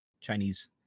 Chinese